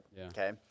okay